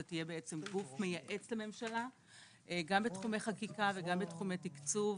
זה יהיה בעצם גוף מייעץ לממשלה גם בתחומי חקיקה וגם בתחומי תקצוב,